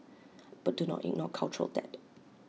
but do not ignore cultural debt